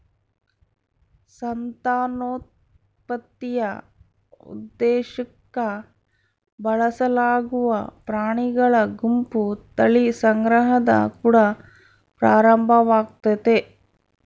ಸಂತಾನೋತ್ಪತ್ತಿಯ ಉದ್ದೇಶುಕ್ಕ ಬಳಸಲಾಗುವ ಪ್ರಾಣಿಗಳ ಗುಂಪು ತಳಿ ಸಂಗ್ರಹದ ಕುಡ ಪ್ರಾರಂಭವಾಗ್ತತೆ